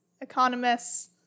economists